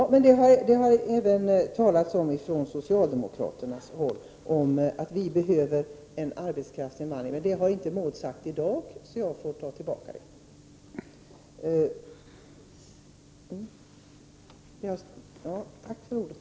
Herr talman! Det har även från socialdemokraternas håll talats om att vi behöver en arbetskraftsinvandring. Men det har inte Maud Björnemalm sagt i dag, så jag får ta tillbaka mitt påstående.